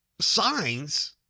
signs